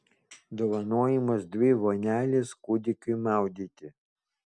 dovanojamos dvi vonelės kūdikiui maudyti